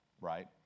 right